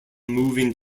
moving